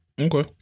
Okay